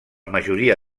majoria